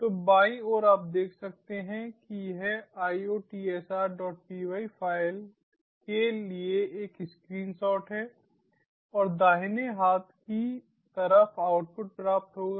तो बाईं ओर आप देख सकते हैं कि यह IOTSRpy फ़ाइल के लिए एक स्क्रीनशॉट है और दाहिने हाथ की तरफ आउटपुट प्राप्त होगा